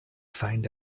find